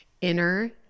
inner